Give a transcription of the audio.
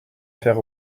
faire